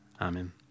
Amen